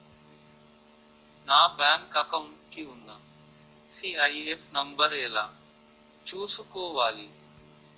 నా bank account కి ఉన్న సి.ఐ.ఎఫ్ నంబర్ ఎలా చూసుకోవాలి?